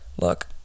Look